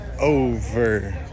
over